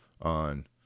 on